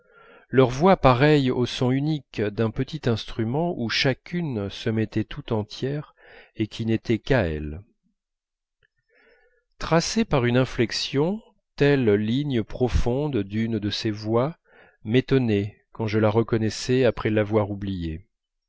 leur voix pareille au son unique d'un petit instrument où chacune se mettait tout entière et qui n'était qu'à elle tracée par une inflexion telle ligne profonde d'une de ces voix m'étonnait quand je la reconnaissais après l'avoir oubliée